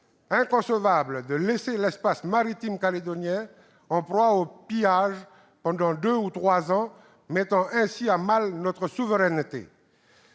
inconcevable de laisser l'espace maritime calédonien en proie aux pillages pendant deux ou trois ans de plus, en mettant ainsi à mal notre souveraineté.